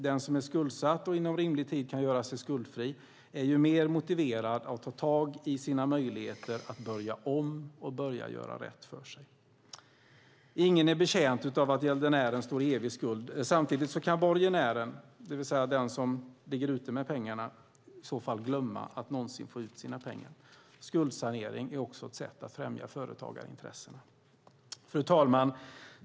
Den som är skuldsatt och inom rimlig tid kan göra sig skuldfri är mer motiverad att ta tag i sina möjligheter att börja om och göra rätt för sig. Ingen är betjänt av att gäldenären står i evig skuld. Samtidigt kan borgenären, det vill säga den som ligger ute med pengarna, glömma att någonsin få tillbaka sina pengar. Skuldsanering är också ett sätt att främja småföretagarintressen. Fru talman!